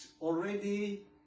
already